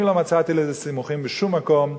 אני לא מצאתי לזה סימוכין בשום מקום.